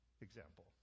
example